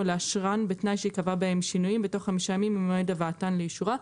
בתנאי שייקבע בהן שינויים בתוך חמישה ימים ממועד הבאתן לאישורה".